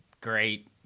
great